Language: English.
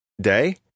day